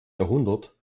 jahrhundert